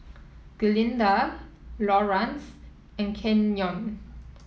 Glinda Laurance and Kenyon